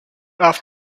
off